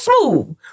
smooth